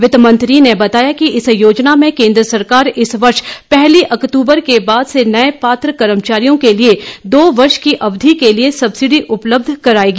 वित्त मंत्री ने बताया कि इस योजना में केन्द्र सरकार इस वर्ष पहली अक्तूबर के बाद से नये पात्र कर्मचारियों के लिए दो वर्ष की अवधि के लिए सबसिडी उपलब्ध करायेगी